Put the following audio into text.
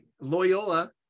Loyola